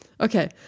Okay